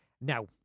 Now